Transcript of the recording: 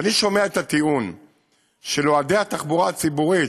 כשאני שומע את הטיעון של אוהדי התחבורה הציבורית,